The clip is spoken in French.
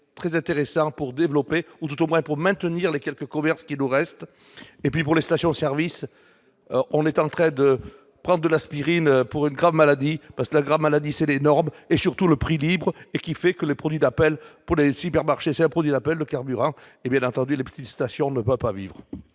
très intéressant pour développer ou tout au moins pour maintenir les quelques commerces qui nous reste et puis pour les stations-service, on est en train de prendre de l'aspirine pour une grave maladie, parce que la grave maladie c'est l'énorme et surtout le prix libres et qui fait que le produit d'appel pour les supermarchés, c'est un produit d'appel, le carburant et bien entendu les petites stations ne doit pas vivre.